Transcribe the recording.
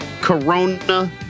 Corona